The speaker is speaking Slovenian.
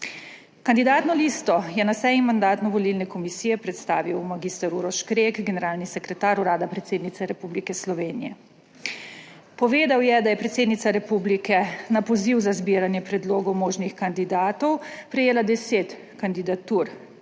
Kandidatno listo je na seji Mandatno-volilne komisije predstavil mag. Uroš Krek, generalni sekretar Urada predsednice Republike Slovenije. Povedal je, da je predsednica republike na poziv za zbiranje predlogov možnih kandidatov prejela deset kandidatur.